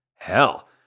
Hell